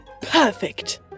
Perfect